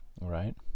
right